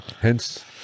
Hence